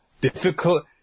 difficult